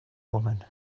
woman